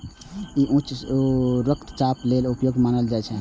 ई उच्च रक्तचाप लेल उपयोगी मानल जाइ छै